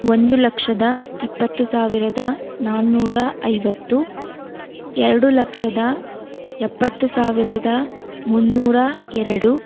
ಒಂದು ಲಕ್ಷದ ಇಪ್ಪತ್ತು ಸಾವಿರದ ನಾನೂರ ಐವತ್ತು ಎರಡು ಲಕ್ಷದ ಎಪ್ಪತ್ತು ಸಾವಿರದ ಮುನ್ನೂರ ಎರಡು